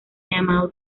llamado